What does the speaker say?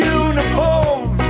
uniform